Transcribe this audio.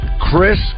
Chris